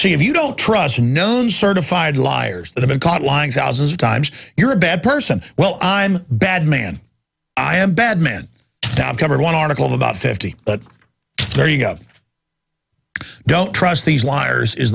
if you don't trust a known certified liars they have been caught lying thousands of times you're a bad person well i'm bad man i am bad man now covered one article of about fifty but there you go i don't trust these liars is